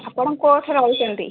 ଆପଣ କେଉଁଥିରେ ଆସୁଛନ୍ତି